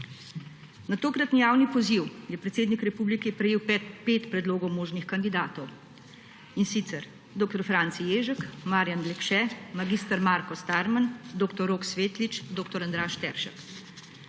Na tokratni javni poziv je predsednik republike prejel pet predlogov možnih kandidatov, in sicer dr. Franci Ježek, Marjan Lekše, mag. Marko Starman, dr. Rok Svetlič, dr. Andraž Teršek.